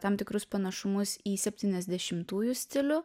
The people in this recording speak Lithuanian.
tam tikrus panašumus į septyniasdešimtųjų stilių